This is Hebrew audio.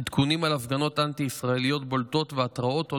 עדכונים על הפגנות אנטי-ישראליות בולטות והתראות על